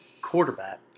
quarterback